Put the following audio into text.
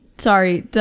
Sorry